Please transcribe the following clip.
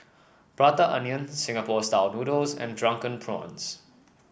Prata Onion Singapore style noodles and Drunken Prawns